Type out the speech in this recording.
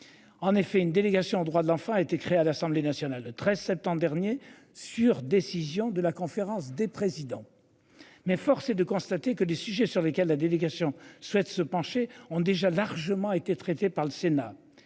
En effet, une délégation aux droits de l'enfant a été créée à l'Assemblée nationale le 13 septembre dernier sur décision de la conférence des présidents. Mais force est de constater que des sujets sur lesquels la délégation souhaite se pencher ont déjà largement été traité par le Sénat.